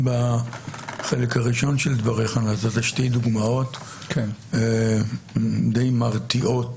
בחלק הראשון של דבריך הבאת שתי דוגמאות די מרתיעות